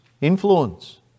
influence